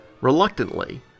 Reluctantly